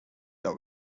that